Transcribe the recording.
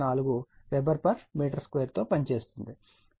4 weber metre 2 తో పనిచేస్తుంది